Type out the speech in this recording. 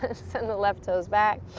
ah send the left toes back.